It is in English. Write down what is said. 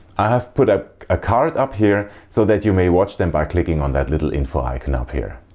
i have put a ah card up here so that you may watch them by clicking on that little info icon up here.